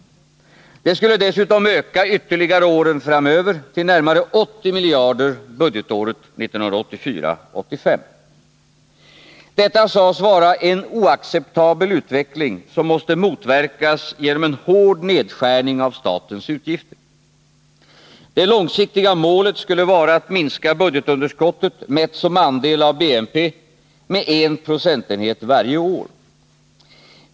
Det skulle dessutom öka ytterligare åren framöver till närmare 80 miljarder 1984/85. Detta sades vara en oacceptabel utveckling, som måste motverkas genom en hård nedskärning av statens utgifter. Det långsiktiga målet skulle vara att minska budgetunderskottet, mätt som andel av BNP, med en procentenhet varje år.